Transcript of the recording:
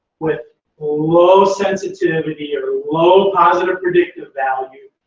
with low sensitivity or low positive predictive value,